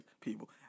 people